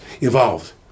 evolved